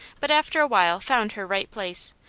but after a while found her right place,